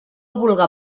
vulga